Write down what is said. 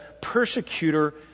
persecutor